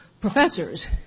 professors